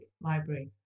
library